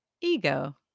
ego